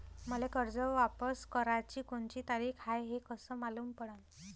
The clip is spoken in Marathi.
मले कर्ज वापस कराची कोनची तारीख हाय हे कस मालूम पडनं?